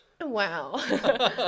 Wow